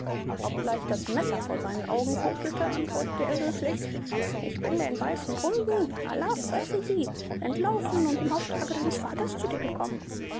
obgleich das messer vor seinen augen fuchtelte antwortete er höflich ich bin den weißen hunden allah fresse sie entlaufen und im auftrag deines vaters zu dir gekommen